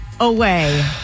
away